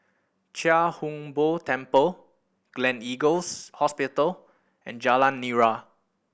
Chia Hung Boo Temple Gleneagles Hospital and Jalan Nira